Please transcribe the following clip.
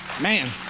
Man